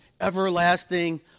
everlasting